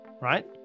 right